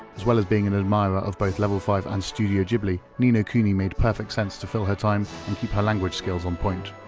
as well as being an admirer of both level five and studio ghibli, ni no kuni made perfect sense to fill her time and keep her language skills on point.